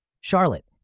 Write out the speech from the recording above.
Charlotte